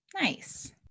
Nice